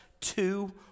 two